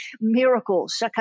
miracles